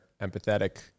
empathetic